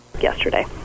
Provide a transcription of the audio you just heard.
yesterday